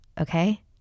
okay